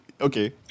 okay